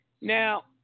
Now